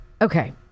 okay